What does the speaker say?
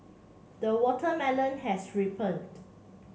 the watermelon has ripened